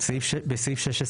הצבעה בעד,